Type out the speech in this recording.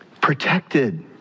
protected